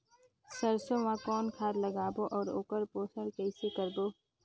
सरसो मा कौन खाद लगाबो अउ ओकर पोषण कइसे करबो?